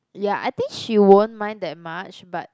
ya I think she won't mind that much but